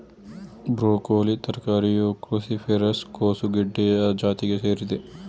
broccoli ತರಕಾರಿಯು cruciferous ಕೋಸುಗಡ್ಡೆಯ ಜಾತಿಗೆ ಸೇರಿದೆ